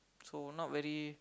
so not very